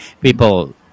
people